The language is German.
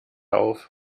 auf